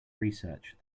research